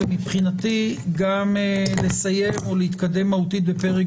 ומבחינתי גם לסיים או להתקדם מהותית בפרק